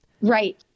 right